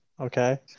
okay